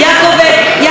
יעקב